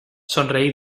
sonreí